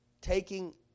Taking